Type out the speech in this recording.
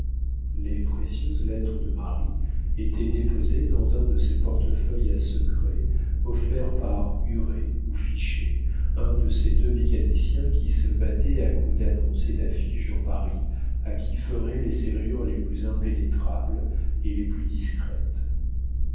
les précieuses lettres de marie étaient déposées dans un de ces portefeuilles à secret offerts par huret ou fichet un de ces deux mécaniciens qui se battaient à coups d'annonces et d'affiches dans paris à qui ferait les serrures les plus impénétrables et les plus discrètes